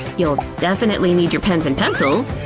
you'll definitely need your pens and pencils.